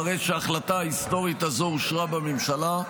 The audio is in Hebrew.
אחרי שההחלטה ההיסטורית הזו אושרה בממשלה,